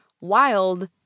wild